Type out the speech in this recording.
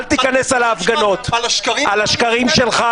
על השקרים שלך,